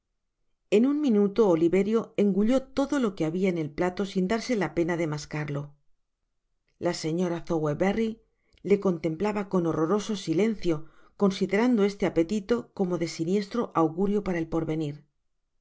en un minuto oliverio engulló todo lo que habia en el plato sin darse la pena de mascarlo la señora sowerberry le contemplaba con horroso silencio considerando este apetito como de siniestro augurio para el porvenir